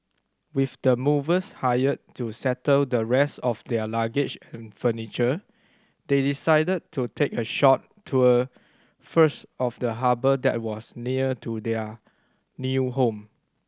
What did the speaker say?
with the movers hired to settle the rest of their luggage and furniture they decided to take a short tour first of the harbour that was near to their new home